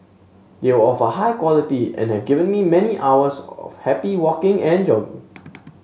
they were of a high quality and have given me many hours of happy walking and jogging